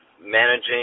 managing